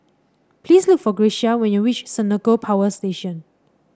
please look for Grecia when you reach Senoko Power Station